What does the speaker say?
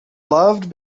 loved